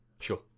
Sure